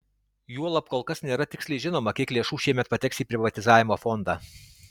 juolab kol kas nėra tiksliai žinoma kiek lėšų šiemet pateks į privatizavimo fondą